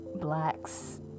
blacks